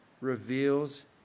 reveals